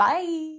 Bye